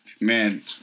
man